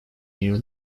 near